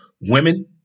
women